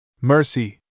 Mercy